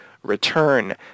return